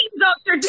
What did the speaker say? doctor